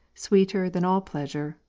sweeter than all pleasure,